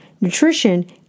Nutrition